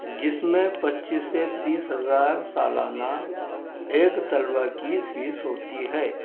جس میں پچیس سے تیس ہزار سالانہ ایک طلباء کی فیس ہوتی ہے